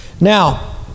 Now